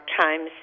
Times